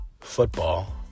football